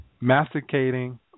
Masticating